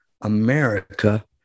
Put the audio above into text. America